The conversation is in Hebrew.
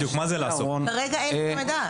כרגע אין מידע.